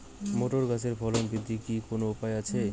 Motor গাছের ফলন বৃদ্ধির কি কোনো উপায় আছে?